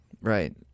Right